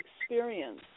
experience